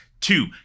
two